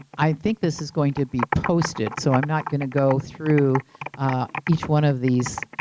i think this is going to be posted so i'm not going to go through each one of these,